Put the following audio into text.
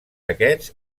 aquests